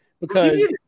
because-